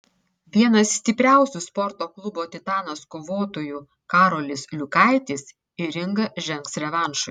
vienas stipriausių sporto klubo titanas kovotojų karolis liukaitis į ringą žengs revanšui